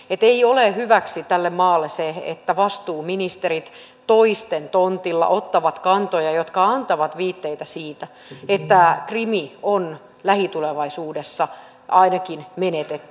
ei ole hyväksi tälle maalle se että vastuuministerit toisten tonteilla ottavat kantoja jotka antavat viitteitä siitä että krim on lähitulevaisuudessa ainakin menetetty